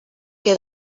que